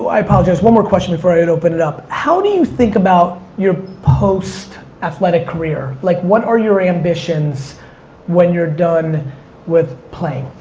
i apologize, one more question before i open it up. how do you think about your post athletic career? like what are your ambitions when you're done with playing?